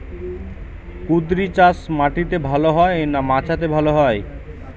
কুঁদরি চাষ মাটিতে ভালো হয় না মাচাতে ভালো হয়?